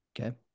Okay